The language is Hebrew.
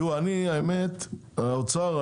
האוצר,